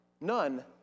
None